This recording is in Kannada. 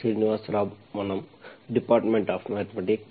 ಶ್ರೀನಿವಾಸ್ ರಾವ್ ಮನಂ ಡಿಪಾರ್ಟ್ಮೆಂಟ್ ಆಫ್ ಮ್ಯಾಥೆಮ್ಯಾಟಿಕ್ಸ್